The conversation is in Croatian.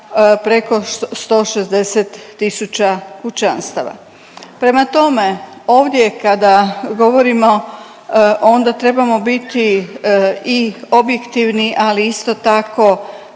preko 160 tisuća kućanstava. Prema tome, ovdje kada govorimo onda trebamo biti i objektivni, ali isto tako